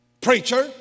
preacher